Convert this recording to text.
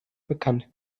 bekannt